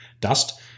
dust